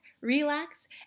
relax